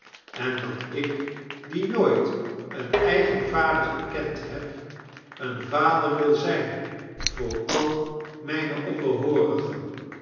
en dat ik die nooit een eigen vader gekend heb een vader wil zyn voor al mijne